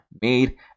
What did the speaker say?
made